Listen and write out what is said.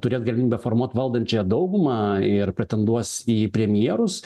turės galimybę formuoti valdančiąją daugumą ir pretenduos į premjerus